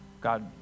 God